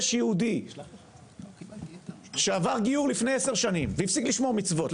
אם יש יהודי שעבר גיור לפני עשר שנים והפסיק לשמור מצוות,